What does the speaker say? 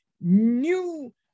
new